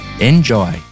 Enjoy